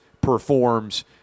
performs